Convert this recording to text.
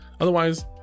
otherwise